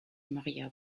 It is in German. maria